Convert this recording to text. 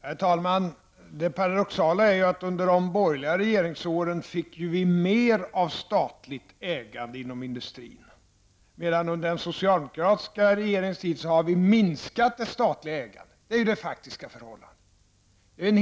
Herr talman! Det paradoxala är att under de borgerliga regeringsåren fick vi mer av statligt ägande inom industrin, medan det statliga ägandet har minskat under den socialdemokratiska regeringstiden. Så är det faktiska förhållandet.